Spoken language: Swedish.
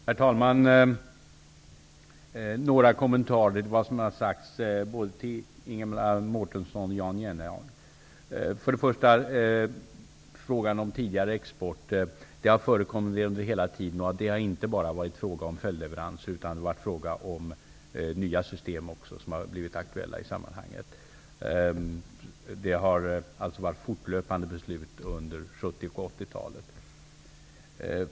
Herr talman! Jag vill göra några kommentarer till vad både Ingela Mårtensson och Jan Jennehag har sagt. För det första vill jag ta upp frågan om tidigare export. Export har förekommit hela tiden, och det har inte bara varit fråga om följdleveranser utan också om nya system som har blivit aktuella i sammanhanget. Det har fattats beslut fortlöpande under 70 och 80-talen.